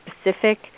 specific